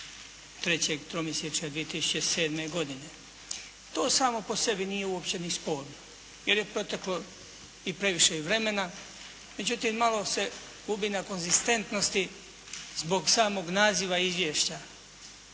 3. tromjesečja 2007. godine. To samo po sebi nije uopće niti sporno. Jer je proteklo i previše i vremena, međutim, malo se gubi na konzistentnosti zbog samog naziva Izvješća.